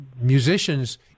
musicians